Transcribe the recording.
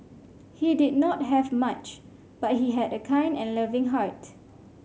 he did not have much but he had a kind and loving heart